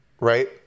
right